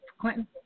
Clinton